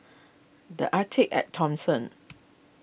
the Arte at Thomson